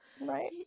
Right